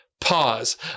pause